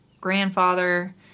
grandfather